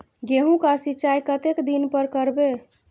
गेहूं का सीचाई कतेक दिन पर करबे?